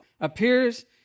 appears